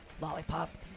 lollipop